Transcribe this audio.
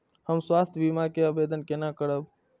हम स्वास्थ्य बीमा के आवेदन केना करब?